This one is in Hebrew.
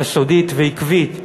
יסודית ועקבית,